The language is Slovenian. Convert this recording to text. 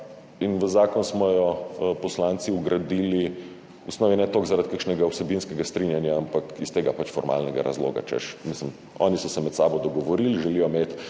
in v zakon smo jo poslanci vgradili v osnovi ne toliko zaradi kakšnega vsebinskega strinjanja, ampak iz tega formalnega razloga, češ oni so se med sabo dogovorili, v vsakem